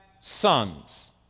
sons